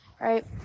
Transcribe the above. Right